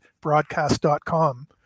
Broadcast.com